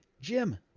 Jim